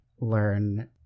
learn